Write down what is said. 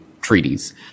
treaties